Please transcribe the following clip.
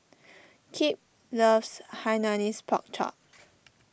Kip loves Hainanese Pork Chop